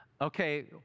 Okay